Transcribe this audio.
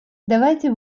давайте